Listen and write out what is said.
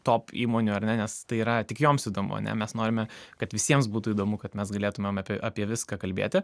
top įmonių ar ne nes tai yra tik joms įdomu ar ne mes norime kad visiems būtų įdomu kad mes galėtumėm apie apie viską kalbėti